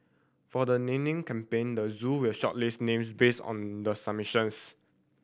for the naming campaign the zoo will shortlist names based on the submissions